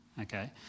Okay